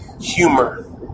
humor